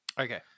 Okay